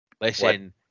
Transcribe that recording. Listen